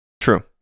True